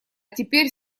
теперь